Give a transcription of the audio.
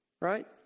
Right